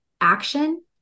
action